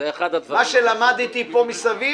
למדתי פה מסביב